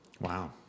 Wow